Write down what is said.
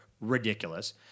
Ridiculous